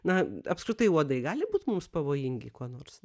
na apskritai uodai gali būt mums pavojingi kuo nors